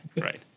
Right